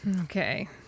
Okay